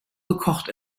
gekocht